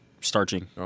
starching